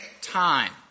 time